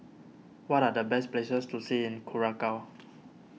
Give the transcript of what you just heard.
what are the best places to see in Curacao